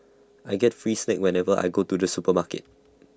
I get free snacks whenever I go to the supermarket